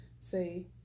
say